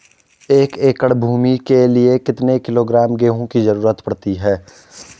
एक एकड़ भूमि के लिए कितने किलोग्राम गेहूँ की जरूरत पड़ती है?